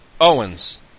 Owens